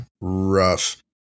Rough